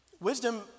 Wisdom